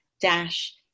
dash